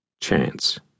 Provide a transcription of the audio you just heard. Chance